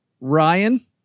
Ryan